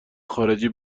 خارجی